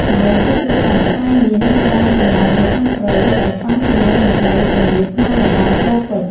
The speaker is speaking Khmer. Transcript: ហើយគេជឿថា ផ្លែមៀនមានដើមកំណើតនៅក្នុងព្រៃ ដែលសមជាមួយនឹងដីទំនាបក្នុងតំបន់ត្រូពិច។